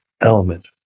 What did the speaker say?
element